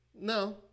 No